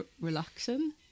relaxing